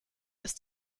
ist